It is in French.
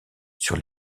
sur